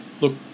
look